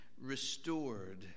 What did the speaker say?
restored